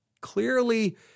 Clearly